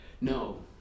No